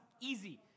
easy